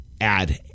add